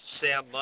Sam